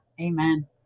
Amen